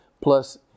Plus